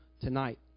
tonight